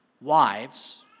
Wives